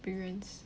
experience